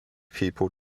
people